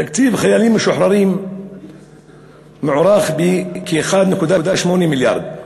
תקציב חיילים משוחררים מוערך ב-1.8 מיליארד.